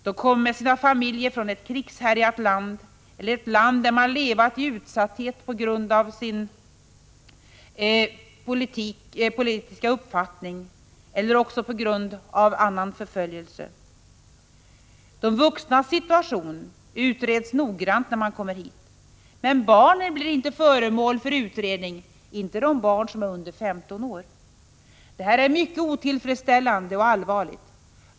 De kommer med sina familjer från ett krigshärjat land eller ett land där man har levat i utsatthet på grund av politisk eller annan förföljelse. De vuxnas situation utreds noggrant när de kommer hit. Men barnen blir inte föremål för utredning — inte de barn som är under 15 år. Detta är mycket otillfredsställande och allvarligt.